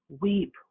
weep